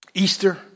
Easter